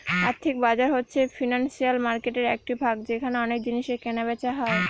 আর্থিক বাজার হচ্ছে ফিনান্সিয়াল মার্কেটের একটি ভাগ যেখানে অনেক জিনিসের কেনা বেচা হয়